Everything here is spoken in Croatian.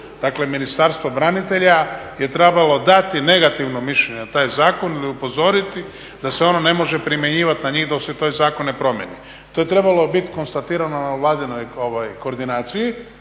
Dakle, Ministarstvo branitelja je trebalo dati negativno mišljenje na taj zakon ili upozoriti da se ono ne može primjenjivati na njih dok se taj zakon ne promjeni. To je trebalo biti konstatirano na vladinoj koordinaciji